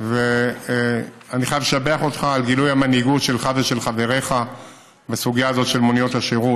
על גילוי המנהיגות שלך ושל חבריך בסוגיה הזאת של מוניות השירות.